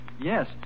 Yes